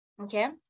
okay